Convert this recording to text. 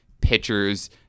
pitchers